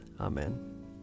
amen